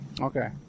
okay